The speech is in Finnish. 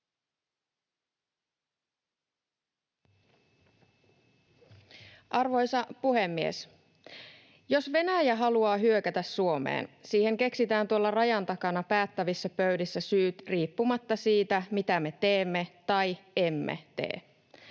Arvoisa puhemies! Jos Venäjä haluaa hyökätä Suomeen, siihen keksitään tuolla rajan takana päättävissä pöydissä syyt riippumatta siitä, mitä me teemme tai emme tee.